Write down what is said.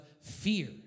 fear